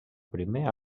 primer